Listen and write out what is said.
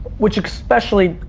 which, especially,